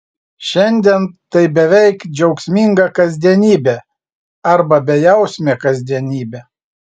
šiandien tai beveik džiaugsminga kasdienybė arba bejausmė kasdienybė